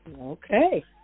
Okay